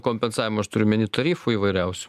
kompensavimą aš turiu omeny tarifų įvairiausių